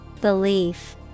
Belief